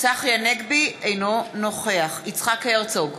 אינו נוכח יצחק הרצוג,